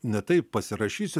ne taip pasirašysiu